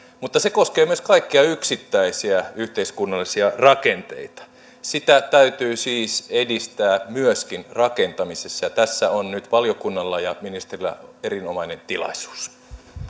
mutta se koskee myös kaikkia yksittäisiä yhteiskunnallisia rakenteita sitä täytyy siis edistää myöskin rakentamisessa ja tässä on nyt valiokunnalla ja ministerillä erinomainen tilaisuus